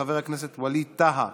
חבר הכנסת ווליד טאהא,